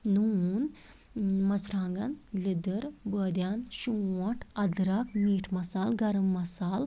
نوٗن مَرژٕوانٛگَن لدٕر بٲدیان شونٛٹھ أدرکھ میٖٹھ مصالہٕ گرٕم مصالہٕ